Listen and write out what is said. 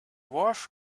wharf